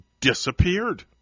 disappeared